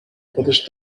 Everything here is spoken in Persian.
خودش